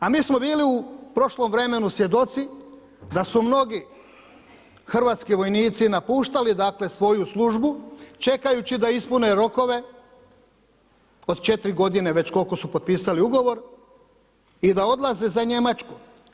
A mi smo bili u prošlom vremenu svjedoci da su mnogi hrvatski vojnici napuštali, dakle svoju službu čekajući da ispune rokove od 4 godine već koliko su potpisali ugovor i da odlaze za Njemačku.